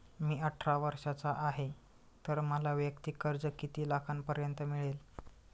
मी अठरा वर्षांचा आहे तर मला वैयक्तिक कर्ज किती लाखांपर्यंत मिळेल?